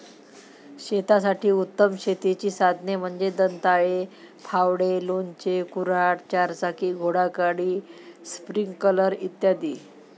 शेतासाठी उत्तम शेतीची साधने म्हणजे दंताळे, फावडे, लोणचे, कुऱ्हाड, चारचाकी घोडागाडी, स्प्रिंकलर इ